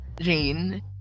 Jane